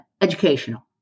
educational